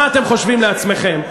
מה אתם חושבים לעצמכם?